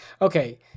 Okay